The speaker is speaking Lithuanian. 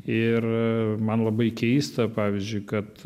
ir man labai keista pavyzdžiui kad